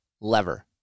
lever